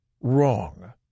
wrong